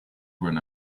when